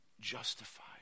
justified